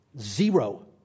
zero